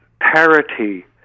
parity